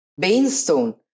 Bainstone